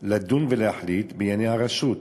'לדון ולהחליט בענייני הרשות',